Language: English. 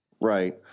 Right